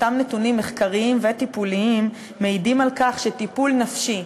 אותם נתונים מחקריים וטיפוליים מעידים על כך שטיפול נפשי,